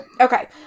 Okay